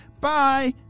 Bye